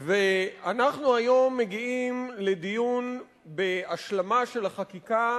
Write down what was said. ואנחנו היום מגיעים לדיון בהשלמה של החקיקה,